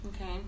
Okay